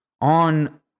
on